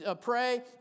pray